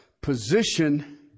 position